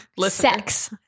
Sex